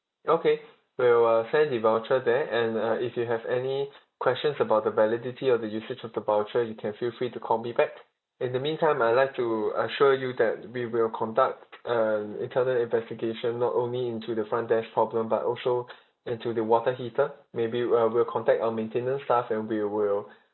okay we'll uh send the voucher there and uh if you have any questions about the validity or the usage of the voucher you can feel free to call me back in the meantime I would like to assure you that we will conduct an internal investigation not only into the front desk problem but also into the water heater maybe we uh we'll contact our maintenance staff and we will